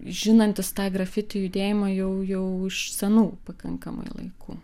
žinantis tą grafiti judėjimą jau jau iš senų pakankamai laikų